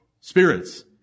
spirits